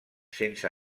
sense